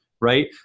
right